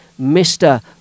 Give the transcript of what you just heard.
Mr